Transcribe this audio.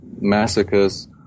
massacres